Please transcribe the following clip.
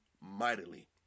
mightily